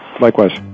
likewise